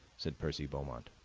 said percy beaumont.